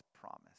promise